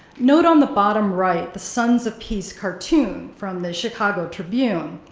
note on the bottom right the sons of peace cartoon from the chicago tribune,